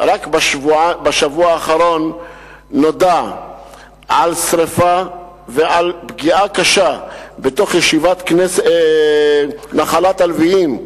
רק בשבוע האחרון נודע על שרפה ועל פגיעה קשה בישיבת "נחלת הלוויים"